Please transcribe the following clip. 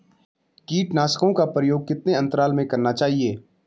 कीटनाशकों का प्रयोग कितने अंतराल में करना चाहिए?